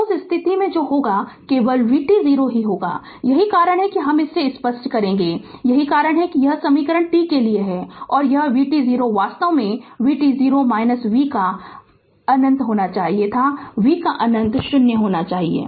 तो उस स्थिति में जो होगा केवल vt0 ही होगा यही कारण है कि हम इसे स्पष्ट करेगे यही कारण है कि यह समीकरण t के लिए है और यह vt0 वास्तव में vt0 v का अनंत होना चाहिए था v का अनंत 0 होना चाहिए